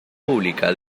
pública